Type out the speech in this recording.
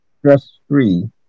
stress-free